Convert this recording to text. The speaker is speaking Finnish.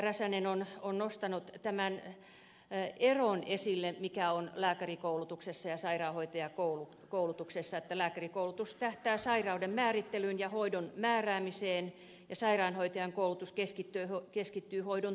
räsänen on nostanut esille tämän eron mikä on lääkärikoulutuksessa ja sairaanhoitajakoulutuksessa että lääkärikoulutus tähtää sairauden määrittelyyn ja hoidon määräämiseen ja sairaanhoitajan koulutus keskittyy hoidon toteuttamiseen